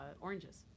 oranges